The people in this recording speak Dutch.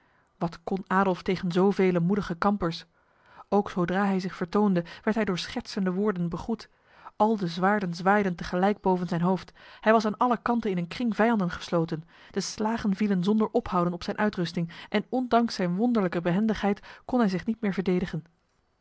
wat kon adolf tegen zovele moedige kampers ook zodra hij zich vertoonde werd hij door schertsende woorden begroet al de zwaarden zwaaiden tegelijk boven zijn hoofd hij was aan alle kanten in een kring vijanden gesloten de slagen vielen zonder ophouden op zijn uitrusting en ondanks zijn wonderlijke behendigheid kon hij zich niet meer verdedigen